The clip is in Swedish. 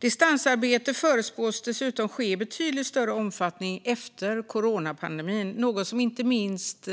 Distansarbete förutspås dessutom ske i betydligt större omfattning efter coronapandemin, något som inte minst